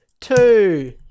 two